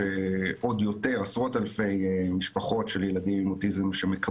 ועוד יותר עשרות אלפי משפחות של ילדים עם אוטיזם,